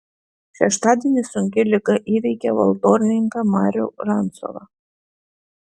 šeštadienį sunki liga įveikė valtornininką marių rancovą